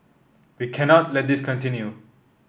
we cannot let this continue